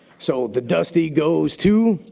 so the dusty goes to